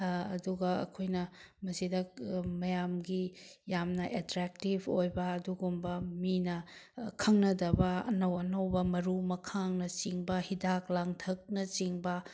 ꯑꯗꯨꯒ ꯑꯩꯈꯣꯏꯅ ꯃꯁꯤꯗ ꯃꯌꯥꯝꯒꯤ ꯌꯥꯝꯅ ꯑꯦꯇ꯭ꯔꯦꯛꯇꯤꯐ ꯑꯣꯏꯕ ꯑꯗꯨꯒꯨꯝꯕ ꯃꯤꯅ ꯈꯪꯅꯗꯕ ꯑꯅꯧ ꯑꯅꯧꯕ ꯃꯔꯨ ꯃꯈꯥꯡꯅꯆꯤꯡꯕ ꯍꯤꯗꯥꯛ ꯂꯥꯡꯊꯛꯅꯆꯤꯡꯕ